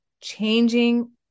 changing